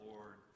Lord